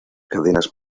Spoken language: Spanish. cadenas